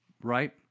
right